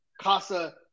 Casa